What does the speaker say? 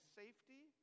safety